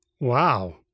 Wow